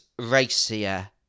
racier